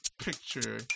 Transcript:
picture